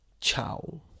ciao